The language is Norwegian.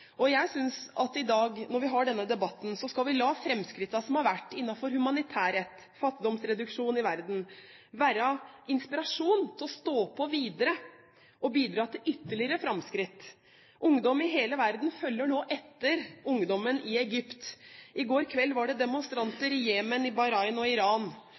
Jeg synes at vi i dag, når vi har denne debatten, skal la framskrittene som har vært innenfor humanitærrett og fattigdomsreduksjon i verden, være inspirasjon til å stå på videre og bidra til ytterligere framskritt. Ungdom i hele verden følger nå etter ungdommen i Egypt. I går kveld var det demonstranter i Jemen, Bahrain og Iran.